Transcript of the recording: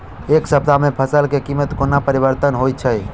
एक सप्ताह मे फसल केँ कीमत कोना परिवर्तन होइ छै?